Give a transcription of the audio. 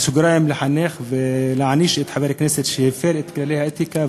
לחנך ולהעניש את חבר הכנסת שהפר את כללי האתיקה,